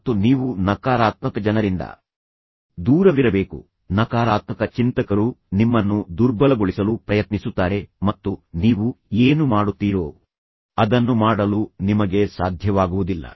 ಮತ್ತು ನೀವು ನಕಾರಾತ್ಮಕ ಜನರಿಂದ ದೂರವಿರಬೇಕು ನಕಾರಾತ್ಮಕ ಚಿಂತಕರು ನಿಮ್ಮನ್ನು ದುರ್ಬಲಗೊಳಿಸಲು ಪ್ರಯತ್ನಿಸುತ್ತಾರೆ ಮತ್ತು ನೀವು ಏನು ಮಾಡುತ್ತೀರೋ ಅದನ್ನು ಮಾಡಲು ನಿಮಗೆ ಸಾಧ್ಯವಾಗುವುದಿಲ್ಲ